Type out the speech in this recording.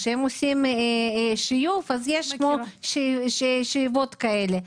כשהן עושות שיוף אז יש שאיבות כאלה.